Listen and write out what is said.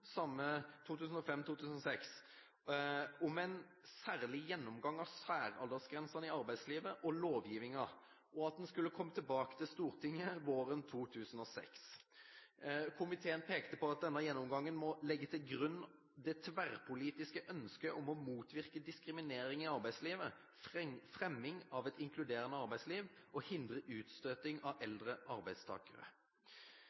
om en særskilt gjennomgang av særaldersgrensene i arbeidslivet og lovgivningen, og at en skulle komme tilbake til Stortinget våren 2006. Komiteen pekte på at denne «gjennomgangen må legge til grunn det tverrpolitiske ønsket om å motvirke diskriminering i arbeidslivet, fremming av et inkluderende arbeidsliv og hindre utstøting av